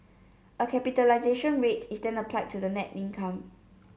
a capitalisation rate is then applied to that net income